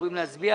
תודה רבה.